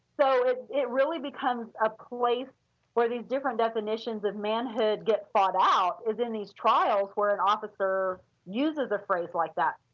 so it it really becomes a place where these different definitions of manhood gets sorted out, is in these trials where an officer uses a phrase like that